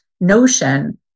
notion